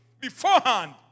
beforehand